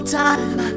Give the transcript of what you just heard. time